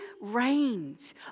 reigns